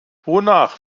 wonach